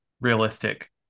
realistic